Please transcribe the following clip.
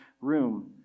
room